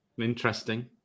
Interesting